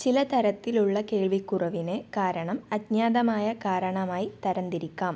ചില തരത്തിലുള്ള കേൾവിക്കുറവിന് കാരണം അജ്ഞാതമായ കാരണമായി തരം തിരിക്കാം